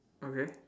okay